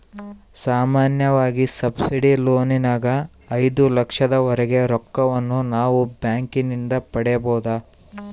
ಸಾಮಾನ್ಯವಾಗಿ ಸಬ್ಸಿಡಿ ಲೋನಿನಗ ಐದು ಲಕ್ಷದವರೆಗೆ ರೊಕ್ಕವನ್ನು ನಾವು ಬ್ಯಾಂಕಿನಿಂದ ಪಡೆಯಬೊದು